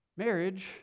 Marriage